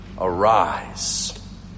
arise